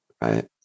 Right